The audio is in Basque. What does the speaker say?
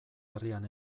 herrian